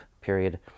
period